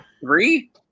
Three